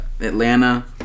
Atlanta